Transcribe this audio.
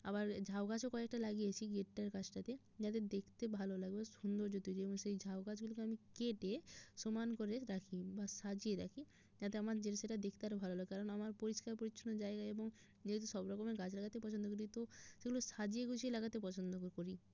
আবার ঝাউগাছও কয়েকটা লাগিয়েছি গেটটার কাছটাতে যাতে দেখতে ভালো লাগবে সৌন্দর্য তৈরি হয় এবং সেই ঝাউগাছগুলোকে আমি কেটে সমান করে রাখি বা সাজিয়ে রাখি যাতে আমার সেটা দেখতে আরও ভালো লাগে কারণ আমার পরিষ্কার পরিচ্ছন্ন জায়গা এবং যেহেতু সব রকমের গাছ লাগাতে পছন্দ করি তো সেগুলো সাজিয়ে গুছিয়ে লাগাতে পছন্দ করি